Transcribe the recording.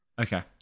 Okay